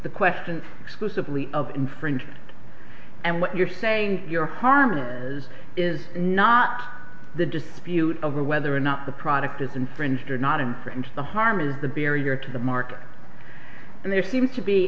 the question exclusively of infringement and what you're saying you're harming is is not the dispute over whether or not the product is infringed or not infringed the harm is the barrier to the market and there seems to be